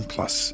Plus